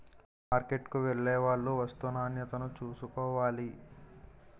మార్కెట్కు వెళ్లేవాళ్లు వస్తూ నాణ్యతను చూసుకోవాలి